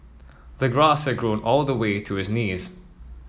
the grass had grown all the way to his knees